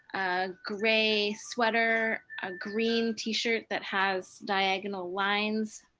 a gray sweater, a green t-shirt that has diagonal lines.